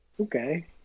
Okay